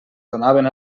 donaven